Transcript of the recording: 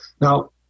Now